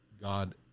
God